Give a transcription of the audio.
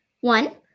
One